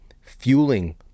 fueling